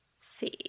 see